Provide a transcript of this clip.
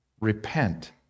Repent